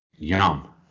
Yum